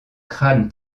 crâne